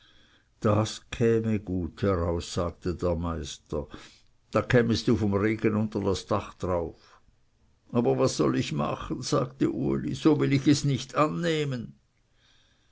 das käme gut heraus sagte der meister da kämest du vom regen unter das dachtrauf aber was soll ich machen sagte uli so will ich es nicht annehmen